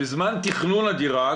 בזמן תכנון הדירה,